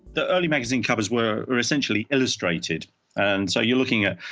the early magazine covers were were essentially illustrated and so you're looking at,